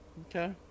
Okay